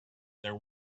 there